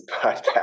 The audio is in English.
podcast